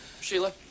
Sheila